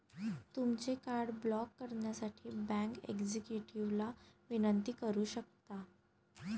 तुमचे card block करण्यासाठी bank एक्झिक्युटिव्हला विनंती करू शकता